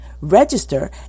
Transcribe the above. Register